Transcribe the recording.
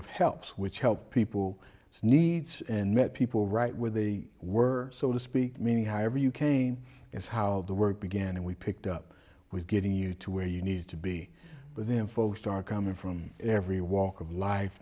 of helps which helped people it's needs and met people right where they were so to speak meaning however you cane is how the work began and we picked up was getting you to where you need to be with them folks are coming from every walk of life